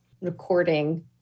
Recording